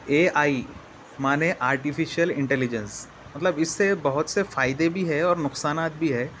اے I معنے artificial intelligence مطلب اس سے بہت سے فائدے بھی ہے اور نقصانات بھی ہے